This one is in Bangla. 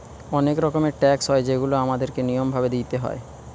অনেক রকমের ট্যাক্স হয় যেগুলা আমাদের কে নিয়ম ভাবে দিইতে হয়